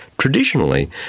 Traditionally